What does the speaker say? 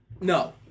No